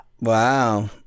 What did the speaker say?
Wow